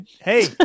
Hey